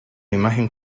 imagen